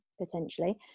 potentially